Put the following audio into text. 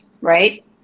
right